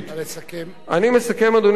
אני מסכם, אדוני היושב-ראש, ואומר,